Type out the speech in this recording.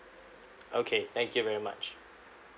okay thank you very much